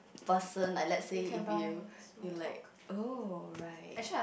person like let's say if you you like oh right